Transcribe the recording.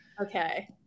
okay